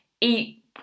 eat